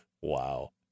Wow